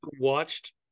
watched